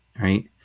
right